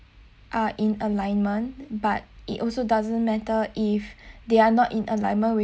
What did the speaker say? are in alignment but it also doesn't matter if they are not in alignment with